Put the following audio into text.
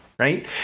right